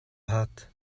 hut